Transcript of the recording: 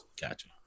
Gotcha